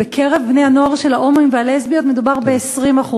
בקרב בני-הנוער של ההומואים והלסביות מדובר ב-20%.